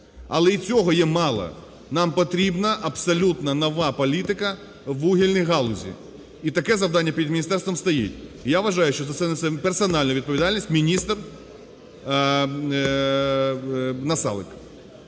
Але і цього є мало, нам потрібна абсолютно нова політика у вугільній галузі. І таке завдання під міністерством стоїть. Я вважаю, що за це несе персональну відповідальність міністрНасалик.